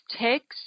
text